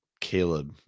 Caleb